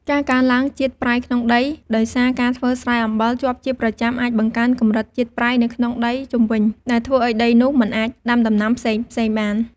ការកើនឡើងជាតិប្រៃក្នុងដី ដោយសារការធ្វើស្រែអំបិលជាប់ជាប្រចាំអាចបង្កើនកម្រិតជាតិប្រៃនៅក្នុងដីជុំវិញ ដែលធ្វើឱ្យដីនោះមិនអាចដាំដំណាំផ្សេងៗបាន។